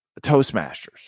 Toastmasters